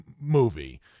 movie